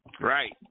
Right